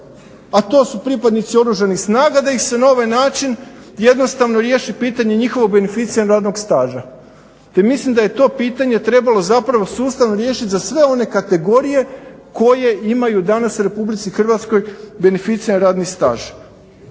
a to su pripadnici oružanih snaga, da ih se na ovaj način jednostavno riješi pitanje njihovog beneficiranog radnog staža. I mislim da je to pitanje trebalo zapravo sustavno riješiti za sve one kategorije koje imaju danas u Republici Hrvatskoj beneficiran radni staž.